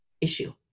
issue